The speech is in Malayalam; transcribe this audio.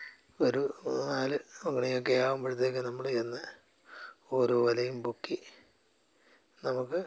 ഒരു നാല് മണി ഒക്കെ ആവുമ്പോഴത്തേക്ക് നമ്മൾ ചെന്ന് ഓരോ വലയും പൊക്കി നമുക്ക്